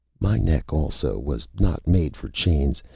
my neck, also, was not made for chains,